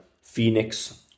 Phoenix